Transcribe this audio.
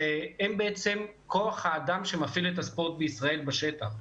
שהם בעצם כוח האדם שמפעיל את הספורט בישראל בשטח.